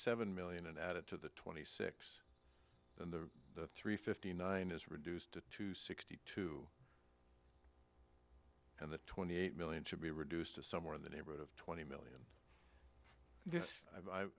seven million and add it to the twenty six and the three fifty nine is reduced to sixty two and the twenty eight million should be reduced to somewhere in the neighborhood of twenty million